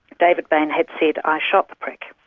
david bain had said, i shot the prick.